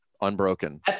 unbroken